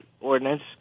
ordinance